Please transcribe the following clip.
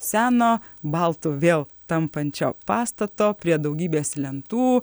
seno baltu vėl tampančio pastato prie daugybės lentų